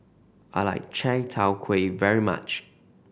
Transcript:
I like Chai Tow Kuay very much